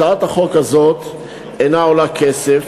הצעת החוק הזאת אינה עולה כסף,